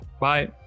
bye